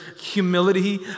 humility